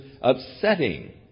upsetting